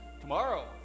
tomorrow